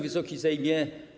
Wysoki Sejmie!